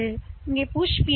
எனவே நீங்கள் ஒரு புஷ் பி